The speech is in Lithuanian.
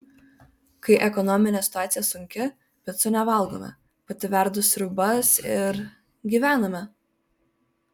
kai ekonominė situacija sunki picų nevalgome pati verdu sriubas ir gyvename